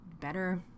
better